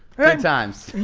good times.